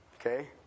Okay